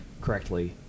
correctly